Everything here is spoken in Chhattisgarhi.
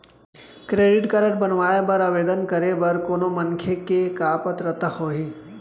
क्रेडिट कारड बनवाए बर आवेदन करे बर कोनो मनखे के का पात्रता होही?